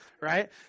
right